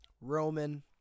Roman